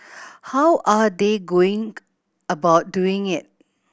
how are they going about doing it